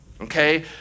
okay